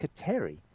Kateri